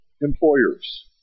employers